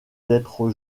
d’être